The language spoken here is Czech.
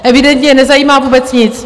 Evidentně je nezajímá vůbec nic!